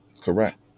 Correct